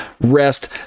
rest